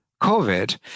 COVID